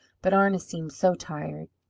but arna seemed so tired.